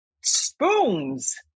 spoons